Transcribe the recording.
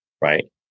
Right